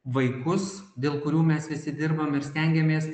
vaikus dėl kurių mes visi dirbam ir stengiamės